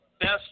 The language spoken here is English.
Best